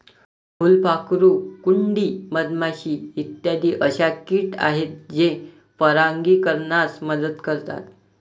फुलपाखरू, कुंडी, मधमाशी इत्यादी अशा किट आहेत जे परागीकरणास मदत करतात